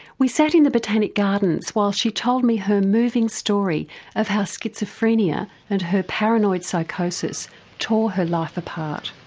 we sat in the botanic gardens while she told me her moving story of how schizophrenia and her paranoid psychosis tore her life apart.